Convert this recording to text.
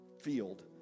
field